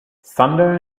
thunder